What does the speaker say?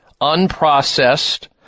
unprocessed